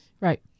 Right